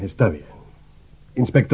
his study inspect